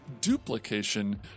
duplication